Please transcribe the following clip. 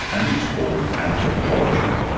and it's called anthropology,